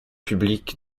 public